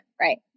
right